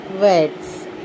words